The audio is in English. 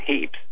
heaps